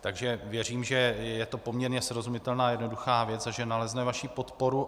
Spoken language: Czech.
Takže věřím, že je to poměrně srozumitelná a jednoduchá věc a že nalezne vaši podporu.